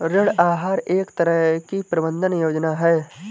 ऋण आहार एक तरह की प्रबन्धन योजना है